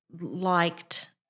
liked